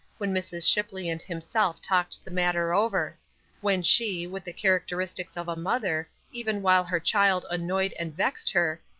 when mrs. shipley and himself talked the matter over when she, with the characteristics of a mother, even while her child annoyed and vexed her,